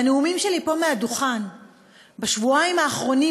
והנאומים שלי פה מעל הדוכן בשבועיים האחרונים,